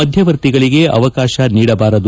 ಮಧ್ವವರ್ತಿಗಳಿಗೆ ಅವಕಾಶ ನೀಡಬಾರದು